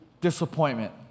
disappointment